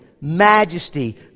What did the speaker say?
majesty